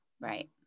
Right